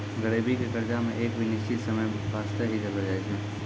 गरीबी के कर्जा मे भी एक निश्चित समय बासते ही देलो जाय छै